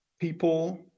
people